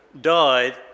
died